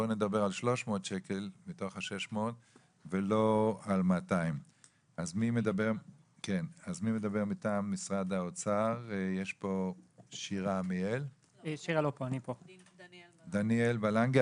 בואו נדבר על 300 שקל מתוך ה-600 ולא על 200. דניאל בלנגה,